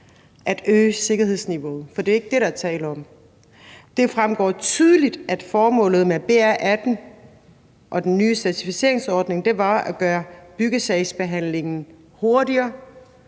at øge sikkerhedsniveauet. For det er ikke det, der er tale om. Det fremgår tydeligt, at formålet med BR18 og den nye certificeringsordning var at gøre byggesagsbehandlingen hurtigere,